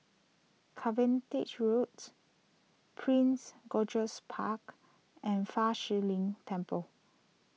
carven day G Roads Prince George's Park and Fa Shi Lin Temple